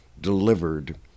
delivered